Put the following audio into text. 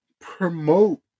promote